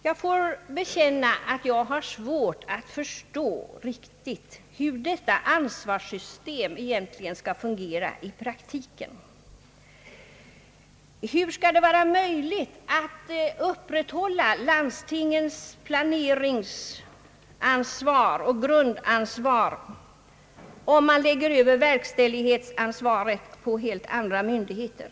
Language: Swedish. Jag får bekänna att jag har svårt att riktigt förstå hur detta ansvarssystem egentligen skall fungera i praktiken. Hur skall det vara möjligt att upprätthålla landstingens planeringsoch grundansvar om man lägger över verkställighetsansvaret på helt andra myndigheter?